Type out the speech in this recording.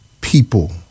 People